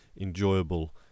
enjoyable